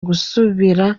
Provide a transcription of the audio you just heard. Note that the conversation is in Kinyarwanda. gusubira